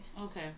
Okay